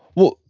well,